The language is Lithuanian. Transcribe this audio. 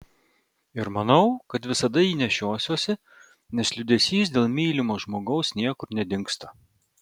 ir manau kad visada jį nešiosiuosi nes liūdesys dėl mylimo žmogaus niekur nedingsta